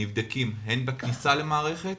נבדקים הן בכניסה למערכת